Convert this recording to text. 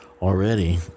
already